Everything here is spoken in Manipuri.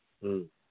ꯎꯝ